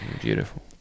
Beautiful